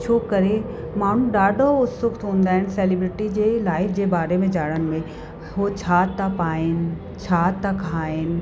छो करे माण्हू ॾाढो उत्सुक हूंदा आहिनि सेलिब्रिटी जे लाइफ़ जे बारे में ॼाणण में हो छा था पाइनि छा था खाइनि